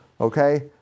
okay